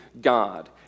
God